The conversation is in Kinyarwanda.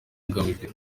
hagamijwe